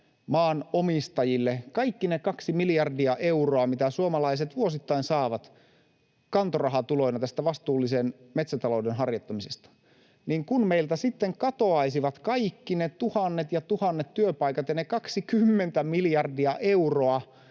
maanomistajille kaikki ne kaksi miljardia euroa, mitä suomalaiset vuosittain saavat kantorahatuloina tästä vastuullisen metsätalouden harjoittamisesta, niin kun meiltä sitten katoaisivat kaikki ne tuhannet ja tuhannet työpaikat ja ne 20 miljardia euroa